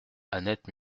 annette